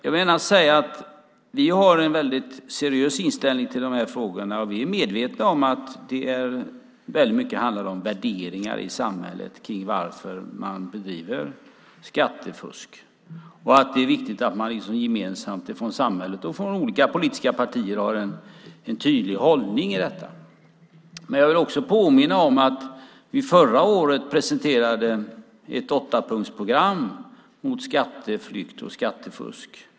Jag vill gärna säga att vi har en väldigt seriös inställning till de här frågorna, och vi är medvetna om att det i hög grad handlar om värderingar i samhället kring varför man ägnar sig åt skattefusk och att det är viktigt att man gemensamt från samhället och från olika politiska partier har en tydlig hållning i detta. Men jag vill också påminna om att vi förra året presenterade ett åttapunktsprogram mot skatteflykt och skattefusk.